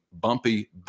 bumpy